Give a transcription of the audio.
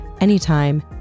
anytime